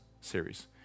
series